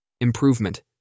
Improvement